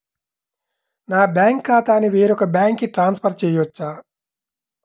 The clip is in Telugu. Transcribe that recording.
నా బ్యాంక్ ఖాతాని వేరొక బ్యాంక్కి ట్రాన్స్ఫర్ చేయొచ్చా?